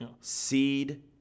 seed